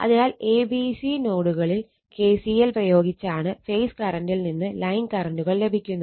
അതിനാൽ A B C നോഡുകളിൽ kcl പ്രയോഗിച്ചാണ് ഫേസ് കറന്റിൽ നിന്ന് ലൈൻ കറന്റുകൾ ലഭിക്കുന്നത്